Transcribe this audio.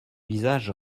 visage